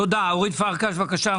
אורית פרקש, בבקשה.